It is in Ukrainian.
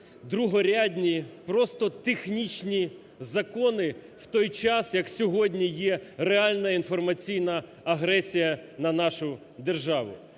другорядні, просто технічні закони, в той час як сьогодні є реальна інформаційна агресія на нашу державу.